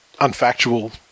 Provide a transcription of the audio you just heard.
unfactual